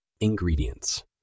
Ingredients